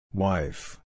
Wife